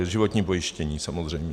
Životní pojištění, samozřejmě.